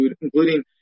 including